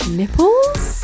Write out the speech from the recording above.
nipples